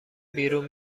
بیرون